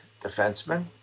defenseman